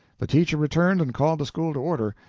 the teacher returned and called the school to order.